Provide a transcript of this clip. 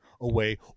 away